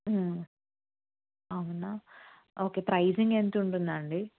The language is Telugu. అవునా ఓకే ప్రైసింగ్ ఎంతుంటుందండి